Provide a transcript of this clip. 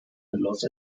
los